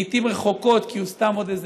לעיתים רחוקות כי הוא סתם עוד איזה